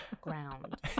ground